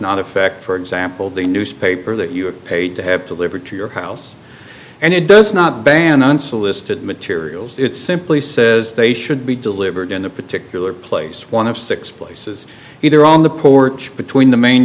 not affect for example the newspaper that you are paid to have to live or to your house and it does not ban unsolicited materials it simply says they should be delivered in a particular place one of six places either on the porch between the main